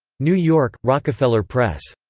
new york rockefeller press.